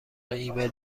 ایمیل